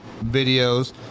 videos